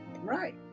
Right